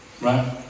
Right